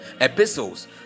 epistles